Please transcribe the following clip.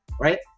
right